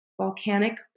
volcanic